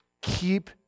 Keep